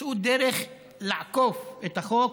מצאו דרך לעקוף את החוק,